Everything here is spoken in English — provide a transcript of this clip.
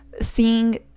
seeing